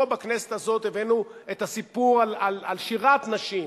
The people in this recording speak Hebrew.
פה, בכנסת הזאת, הבאנו את הסיפור על שירת נשים.